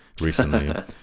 recently